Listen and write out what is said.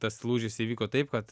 tas lūžis įvyko taip kad